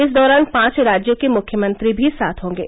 इस दौरान पांच राज्यों के मुख्यमंत्री भी साथ होंगे